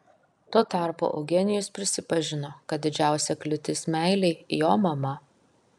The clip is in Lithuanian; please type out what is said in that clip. tuo tarpu eugenijus prisipažino kad didžiausia kliūtis meilei jo mama